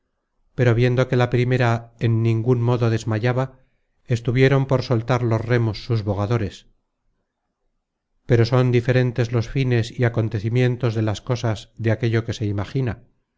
pero viendo que la primera en ningun modo desmayaba estuvieron por soltar los remos sus bogadores pero son diferentes los fines y acontecimientos de las cosas de aquello que se imagina